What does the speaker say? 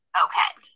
okay